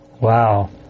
Wow